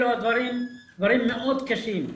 אלה דברים מאוד קשים.